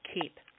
keep